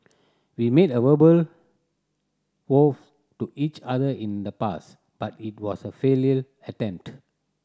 we made a verbal vows to each other in the past but it was a attempt